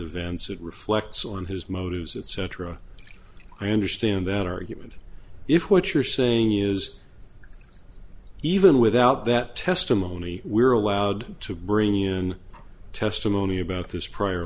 events it reflects on his motives etc i understand that argument if what you're saying is even without that testimony we're allowed to bring in testimony about this prior